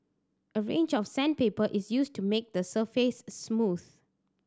a range of sandpaper is used to make the surface smooth